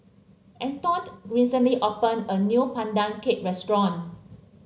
Eldon recently opened a new Pandan Cake Restaurant